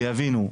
יבינו,